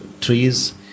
trees